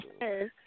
Yes